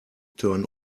turn